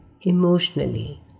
emotionally